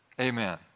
Amen